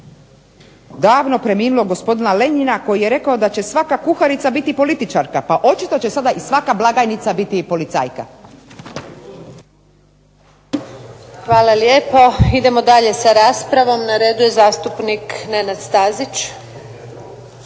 davno preminulog gospodina Lenjina koji je rekao da će svaka kuharica biti političarka. Pa očito će sada i svaka blagajnica biti i policajka. **Antunović, Željka (SDP)** Hvala lijepo. Idemo dalje sa raspravom. Na redu je zastupnik Nenad Stazić.